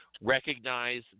recognize